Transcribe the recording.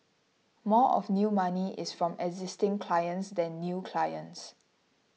more of new money is from existing clients than new clients